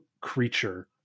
creature